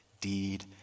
deed